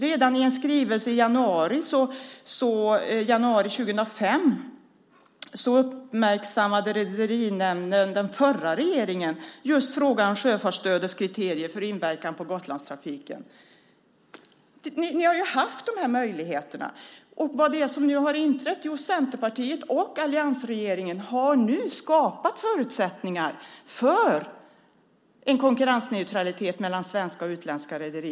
Redan i en skrivelse i januari 2005 uppmärksammade Rederinämnden den förra regeringen på frågan om sjöfartsstödets kriterier för inverkan på Gotlandstrafiken. Ni har ju haft möjligheter att påverka detta. Nu har Centerpartiet och alliansregeringen skapat förutsättningar för en konkurrensneutralitet mellan svenska och utländska rederier.